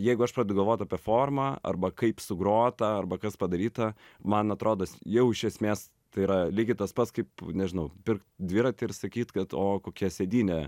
jeigu aš pradedu galvot apie formą arba kaip sugrota arba kas padaryta man atrodo jau iš esmės tai yra lygiai tas pats kaip nežinau pirkt dviratį ir sakyt kad o kokia sėdynė